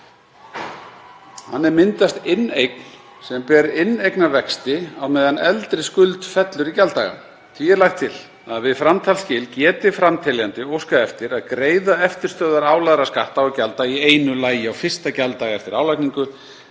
Þannig myndast inneign sem ber inneignarvexti á meðan eldri skuld fellur í gjalddaga. Því er lagt til að við framtalsskil geti framteljandi óskað eftir að greiða eftirstöðvar álagðra skatta og gjalda í einu lagi á fyrsta gjalddaga eftir álagningu